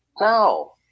No